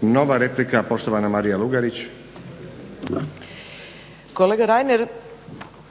Nova replika poštovana Marija Lugarić. **Lugarić, Marija (SDP)** Kolega Reiner,